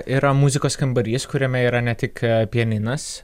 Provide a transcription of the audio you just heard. yra muzikos kambarys kuriame yra ne tik pianinas